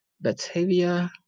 Batavia